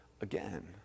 again